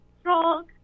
strong